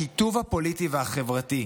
הקיטוב הפוליטי והחברתי,